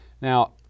Now